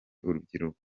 urubyiruko